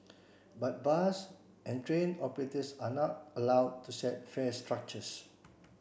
but bus and train operators are not allowed to set fare structures